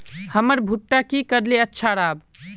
हमर भुट्टा की करले अच्छा राब?